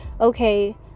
Okay